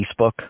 Facebook